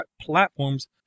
platforms